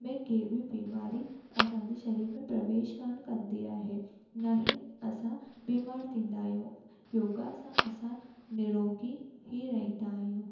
में कंहिं बि बीमारी असांजे शरीर में प्रवेश कोन कंदी आहे न ई असां बीमार थींदा आहियूं योगा सां असां निरोगी ई रहींदा आहियूं